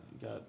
got